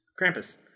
Krampus